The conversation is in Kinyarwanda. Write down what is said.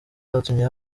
zatumye